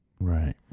Right